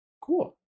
Cool